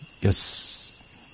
yes